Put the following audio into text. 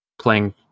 playing